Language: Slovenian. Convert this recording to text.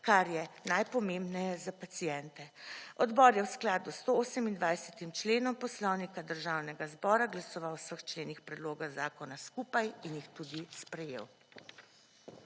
kar je najpomembneje za paciente. Odbor je v skladu s 128. členom Poslovnika Državnega zbora glasovalo o vseh členih predloga zakona skupaj in jih tudi sprejel.